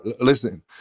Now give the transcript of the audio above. listen